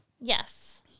Yes